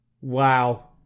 Wow